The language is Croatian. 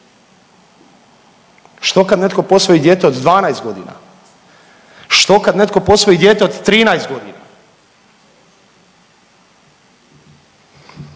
što kad netko posvoji dijete od 12.g., što kad netko posvoji dijete od 13.g. i